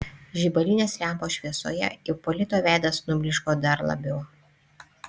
žibalinės lempos šviesoje ipolito veidas nublyško dar labiau